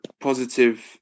positive